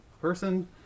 person